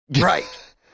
Right